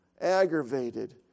aggravated